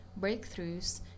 breakthroughs